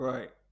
Right